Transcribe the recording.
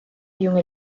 junge